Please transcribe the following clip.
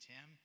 Tim